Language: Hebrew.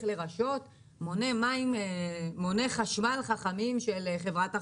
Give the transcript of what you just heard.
לרשות מוני חשמל חכמים של חברת החשמל.